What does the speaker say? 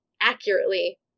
accurately